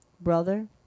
brother